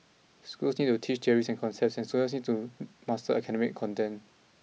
schools still need to teach theories and concepts and students still need to master academic content